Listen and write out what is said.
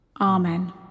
Amen